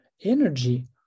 Energy